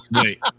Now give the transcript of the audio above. Wait